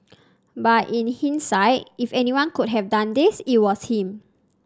but in hindsight if anyone could have done this it was him